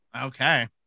Okay